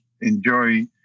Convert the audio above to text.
enjoy